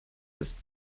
ist